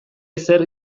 ezer